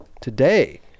Today